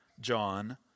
John